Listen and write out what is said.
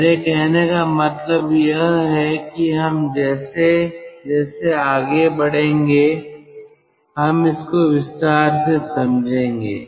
मेरे कहने का मतलब यह है कि हम जैसे जैसे आगे बढ़ेंगे हम इसको विस्तार से समझेंगे